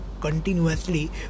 continuously